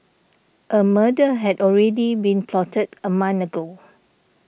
a murder had already been plotted a month ago